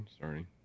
sorry